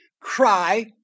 cry